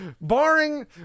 Barring